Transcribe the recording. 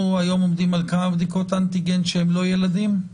על כמה בדיקות אנטיגן אנחנו עומדים היום שהם לא ילדים?